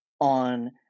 on